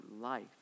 life